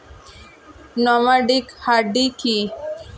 Nomadic hardy কি?